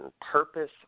purpose